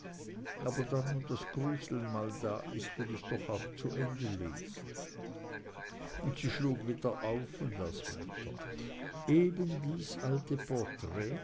aber da nun das gruseln mal da ist will ich doch auch zu ende lesen und sie schlug wieder auf und las weiter ebendies alte porträt